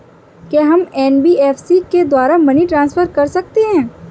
क्या हम एन.बी.एफ.सी के द्वारा मनी ट्रांसफर कर सकते हैं?